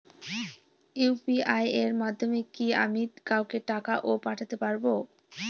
UPI এর মাধ্যমে কি আমি কাউকে টাকা ও পাঠাতে পারবো?